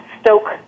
stoke